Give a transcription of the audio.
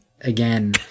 again